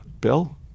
Bill